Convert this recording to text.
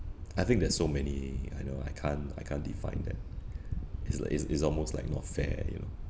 I think there's so many I know I can't I can't define that it's like it's it's almost like not fair you know